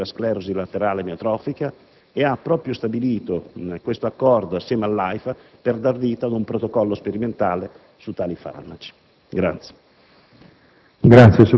per lo studio della sclerosi laterale amiotrofica e ha stabilito questo accordo insieme all'AIFA per dar vita ad un protocollo sperimentale su tali farmaci.